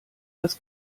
das